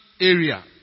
area